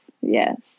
Yes